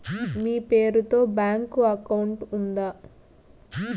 మీ పేరు తో bank account ఉందా?